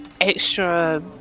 extra